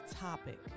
topic